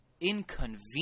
inconvenient